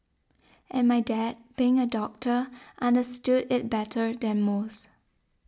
and my dad being a doctor understood it better than most